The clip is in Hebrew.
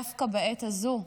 דווקא בעת הזו,